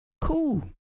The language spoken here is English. Cool